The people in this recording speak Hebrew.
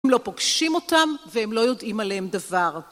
הם לא פוגשים אותם והם לא יודעים עליהם דבר.